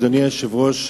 אדוני היושב-ראש,